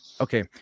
okay